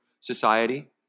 society